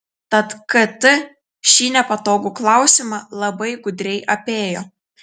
tad kt šį nepatogų klausimą labai gudriai apėjo